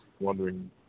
wondering